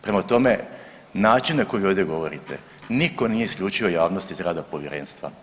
Prema tome način na koji ovdje govorite, nitko nije isključio javnost iz rada Povjerenstva.